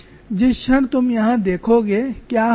जिस क्षण तुम यहां देखोगे क्या होता है